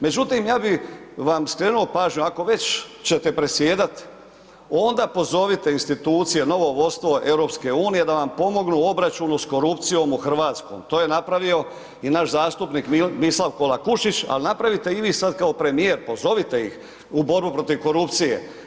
Međutim, ja bi vam skrenuo pažnju, ako već ćete predsjedat, onda pozovite institucije, novo vodstvo EU-a da vam pomognu u obračunu sa korupcijom u Hrvatskoj, to je napravio i naš zastupnik Mislav Kolakušić ali napravite i vi sad kao premijer, pozovite ih u borbu protiv korupcije.